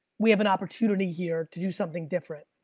we have an opportunity here to do something different,